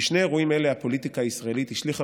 בשני אירועים אלה הפוליטיקה הישראלית השליכה